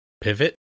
Pivot